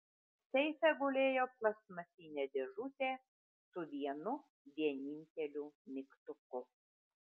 seife gulėjo plastmasinė dėžutė su vienu vieninteliu mygtuku